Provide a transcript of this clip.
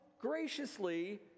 graciously